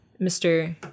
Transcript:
mr